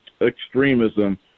extremism